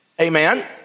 Amen